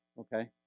Okay